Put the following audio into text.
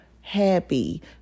happy